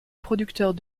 producteurs